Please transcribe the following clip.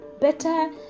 better